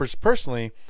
personally